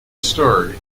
story